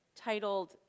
titled